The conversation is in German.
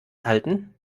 halten